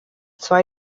zwei